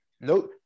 No